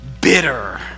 bitter